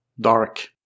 dark